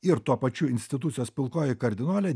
ir tuo pačiu institucijos pilkoji kardinolė